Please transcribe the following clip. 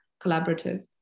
collaborative